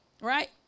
right